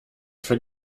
für